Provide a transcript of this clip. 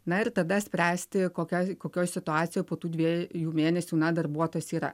na ir tada spręsti kokia kokioj situacijoj po tų dviejų mėnesių na darbuotojas yra